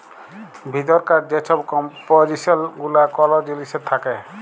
ভিতরকার যে ছব কম্পজিসল গুলা কল জিলিসের থ্যাকে